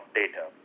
data